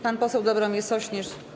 Pan poseł Dobromir Sośnierz.